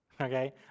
Okay